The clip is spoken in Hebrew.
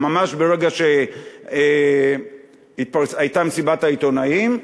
ממש ברגע שהייתה מסיבת העיתונאים,